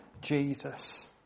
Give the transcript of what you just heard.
Jesus